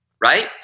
right